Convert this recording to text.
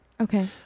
Okay